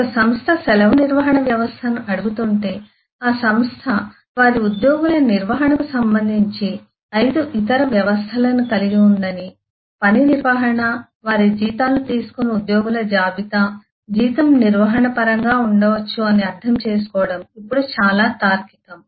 ఒక సంస్థ సెలవు నిర్వహణ వ్యవస్థను అడుగుతుంటే ఆ సంస్థ వారి ఉద్యోగుల నిర్వహణకు సంబంధించి 5 ఇతర వ్యవస్థలను కలిగి ఉందని పని నిర్వహణ వారి జీతాలు తీసుకొను ఉద్యోగుల జాబితా జీతం నిర్వహణ పరంగా ఉండవచ్చు అని అర్థం చేసుకోవడం ఇప్పుడు చాలా తార్కికం